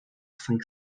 cinq